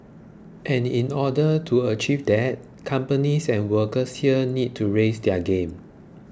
and in order to achieve that companies and workers here need to raise their game